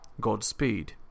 Godspeed